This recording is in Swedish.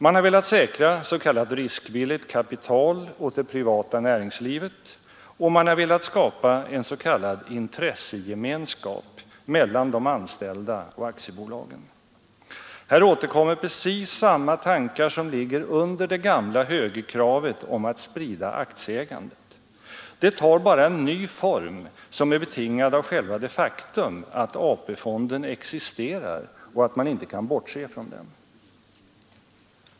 Man har velat säkra riskvilligt kapital åt det privata näringslivet, och man har velat skapa en s.k. intressegemenskap mellan de anställda och aktiebolagen. Här återkommer precis samma tankar som ligger under det gamla högerkravet om att sprida aktieägandet. Det tar bara en ny form, som är betingad av själva det faktum att AP-fonden existerar och att man inte kan bortse ifrån den.